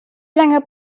lange